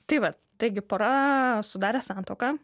tai vat taigi pora sudarė santuoką